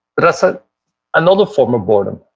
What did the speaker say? but that's ah another form of boredom,